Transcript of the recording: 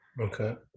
Okay